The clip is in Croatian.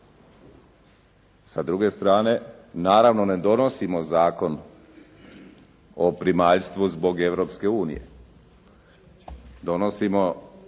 Sa druge strane, naravno ne donosimo Zakon o primaljstvu zbog Europske